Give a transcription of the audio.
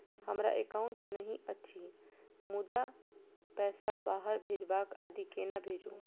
हमरा एकाउन्ट नहि अछि मुदा पैसा बाहर भेजबाक आदि केना भेजू?